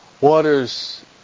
waters